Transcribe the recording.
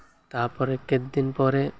ତା'ପରେ କେତ ଦିନ ପରେ